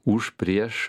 už prieš